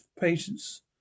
patients